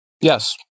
Yes